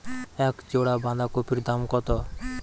এক জোড়া বাঁধাকপির দাম কত?